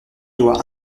doit